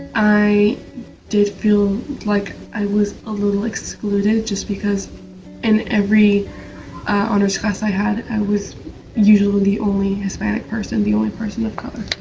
i did feel lie like i was a little excluded just because in every honors class i had, i was usually the only hispanic person, the only person of color.